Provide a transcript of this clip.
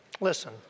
Listen